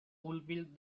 fulfilled